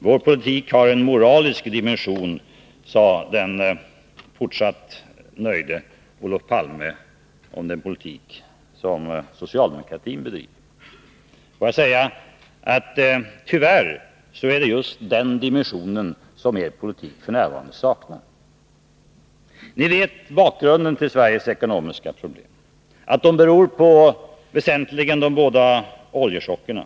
Vår politik har en moralisk dimension, sade den fortsatt nöjde Olof Palme om den politik som socialdemokratin bedriver. Låt mig säga att det tyvärr är just den dimensionen som er politik f. n. saknar. Ni känner till bakgrunden till Sveriges ekonomiska problem, att de väsentligen beror på de båda oljechockerna.